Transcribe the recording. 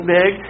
big